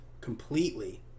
completely